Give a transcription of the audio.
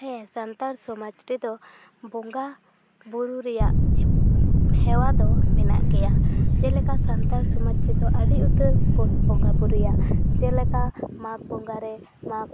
ᱦᱮᱸ ᱥᱟᱱᱛᱟᱲ ᱥᱚᱢᱟᱡᱽ ᱨᱮᱫᱚ ᱵᱚᱸᱜᱟᱼᱵᱳᱨᱳ ᱨᱮᱭᱟᱜ ᱦᱮᱣᱟ ᱫᱚ ᱢᱮᱱᱟᱜ ᱜᱮᱭᱟ ᱡᱮᱞᱮᱠᱟ ᱥᱟᱱᱛᱟᱲ ᱥᱚᱢᱟᱡᱽ ᱨᱮᱫᱚ ᱟᱹᱰᱤ ᱩᱛᱟᱹᱨ ᱠᱚ ᱵᱚᱸᱜᱟᱼᱵᱳᱨᱳᱭᱟ ᱡᱮᱞᱮᱠᱟ ᱢᱟᱜᱽ ᱵᱚᱸᱜᱟ ᱨᱮ ᱢᱟᱜᱽ